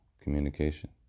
communication